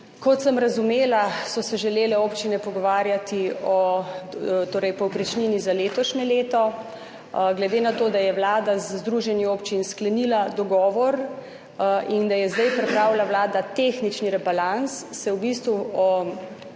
Kot sem razumela, so se želele občine pogovarjati o, torej povprečnini za letošnje leto. Glede na to, da je Vlada z združenji občin sklenila dogovor in da je zdaj pripravila Vlada tehnični rebalans, se v bistvu o